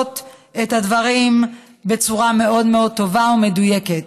את הדברים בצורה מאוד מאוד טובה ומדויקת,